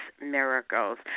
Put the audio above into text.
miracles